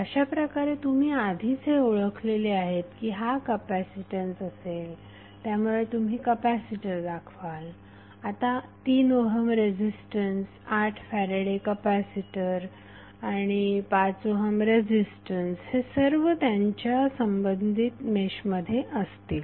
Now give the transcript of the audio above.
अशाप्रकारे तुम्ही आधीच हे ओळखलेले आहेत की हा कपॅसीटन्स असेल त्यामुळे तुम्ही कपॅसिटर दाखवाल आता 3 ओहम रेझीस्टन्स 8 फॅरेडे कपॅसिटर आणि 5 ओहम रेझीस्टन्स हे सर्व त्यांच्या संबंधित मेशमध्ये असतील